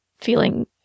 feeling